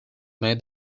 make